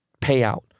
payout